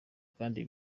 kandi